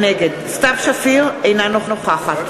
נגד סתיו שפיר, אינה נוכחת